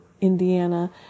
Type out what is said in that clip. Indiana